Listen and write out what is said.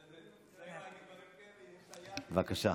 בבקשה.